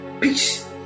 peace